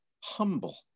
humble